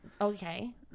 Okay